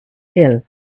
hill